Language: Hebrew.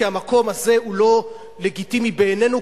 כי המקום הזה הוא לא לגיטימי בעינינו,